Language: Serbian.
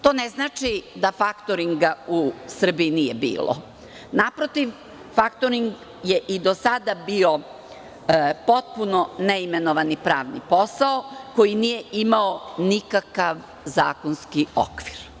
To ne znači da faktoringa u Srbiji nije bilo, naprotiv faktoring je i do sada bio potpuno neimenovani pravni posao koji nije imao nikakav zakonski okvir.